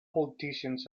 politicians